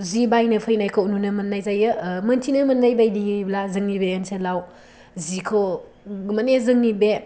जि बायनो फैनायखौ नुनो मोननाय जायो मिन्थिनो मोननाय बायदिब्ला जोंनि बे ओनसोलाव जिखौ माने जोंनि बे